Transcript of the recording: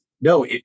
no